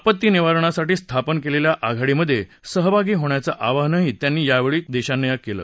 आपत्ती निवारणासाठी स्थापन केलेल्या आघाडीमध्ये सहभागी होण्याचं आवाहन त्यांनी या देशांना केलं